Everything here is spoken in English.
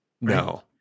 No